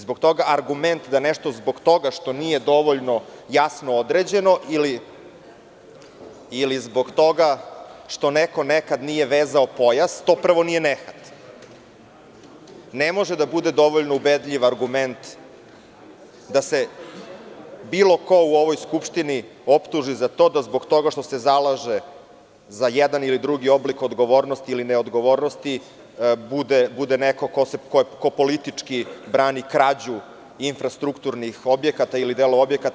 Zbog toga argument da nešto zbog toga što nije dovoljno jasno određeno ili zbog toga što neko nekada nije vezao pojas, to nije nehat, ne može da bude dovoljno ubedljiv argument da se bilo ko u ovoj Skupštini optuži za to da zbog toga što se zalaže za jedan ili drugi oblik odgovornosti ili neodgovornosti bude neko ko politički brani krađu infrastrukturnih objekata ili delova objekata.